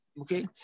okay